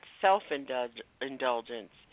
self-indulgence